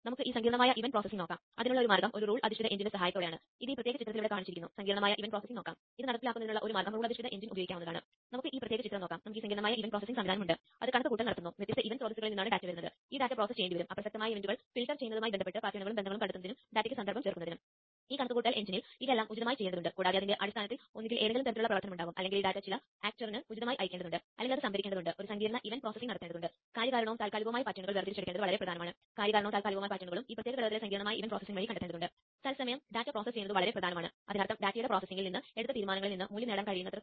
Xbee മൊഡ്യൂളുകൾ ആശയവിനിമയത്തിന് ഉപയോഗിക്കുന്നതിന് മുമ്പ് ക്രമീകരിക്കാൻ XCTU ഉപയോഗിക്കും അതായത് ZigBee കേന്ദ്രവും ട്രാൻസ്മിറ്ററുകളും ഉപയോഗിക്കാൻ കഴിയും